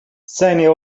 seine